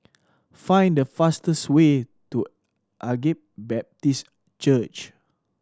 find the fastest way to Agape Baptist Church